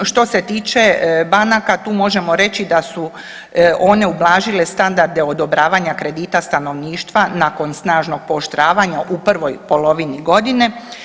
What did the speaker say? Što se tiče banaka tu možemo reći da su one ublažile standarde odobravanja kredita stanovništva nakon snažnog pooštravanja u prvoj polovini godine.